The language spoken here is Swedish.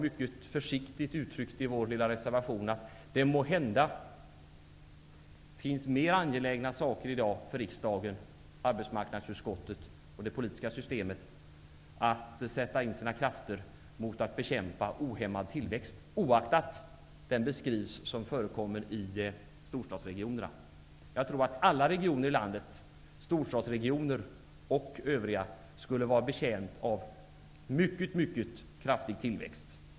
Mycket försiktigt har vi i vår reservation uttryckt att det må hända finns mer angelägna saker i dag för riksdagen, arbetsmarknadsutskottet och det politiska systemet att sätta in sina krafter mot, i stället för att bekämpa ohämmad tillväxt -- oaktat hur den beskrivs förekomma i storstadsregionerna. Jag tror att alla regioner i landet, storstadsregioner och övriga regioner, skulle vara betjänta av mycket kraftig tillväxt.